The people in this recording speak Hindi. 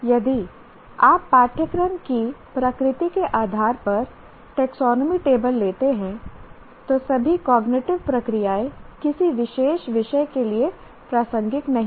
यदि आप पाठ्यक्रम की प्रकृति के आधार पर टेक्सोनोमी टेबल लेते हैं तो सभी कॉग्निटिव प्रक्रियाएं किसी विशेष विषय के लिए प्रासंगिक नहीं हैं